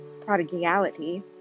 prodigality